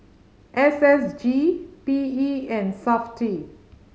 S S G P E and Safti